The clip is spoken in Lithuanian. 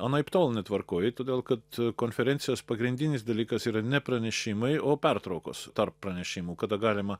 anaiptol netvarkoj todėl kad konferencijos pagrindinis dalykas yra ne pranešimai o pertraukos tarp pranešimų kada galima